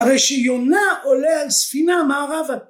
הרי שיונה עולה על ספינה מערבה